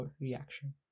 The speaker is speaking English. reaction